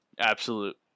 absolute